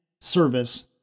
Service